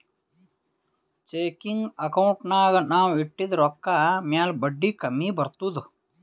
checking ಅಕೌಂಟ್ನಾಗ್ ನಾವ್ ಇಟ್ಟಿದ ರೊಕ್ಕಾ ಮ್ಯಾಲ ಬಡ್ಡಿ ಕಮ್ಮಿ ಬರ್ತುದ್